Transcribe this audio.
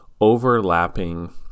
overlapping